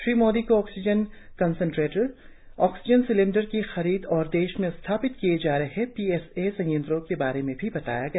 श्री मोदी को oxygen concentrator oxygen cylinder की खरीद और देश में स्थापित किए जा रहे पी एस ए संयंत्रों के बारे में भी बताया गया